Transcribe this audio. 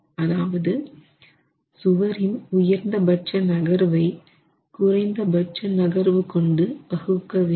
அதாவது சுவரின் உயர்ந்தபட்ச நகர்வை குறைந்தபட்ச நகர்வு கொண்டு வகுக்க வேண்டும்